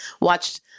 watched